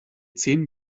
zehn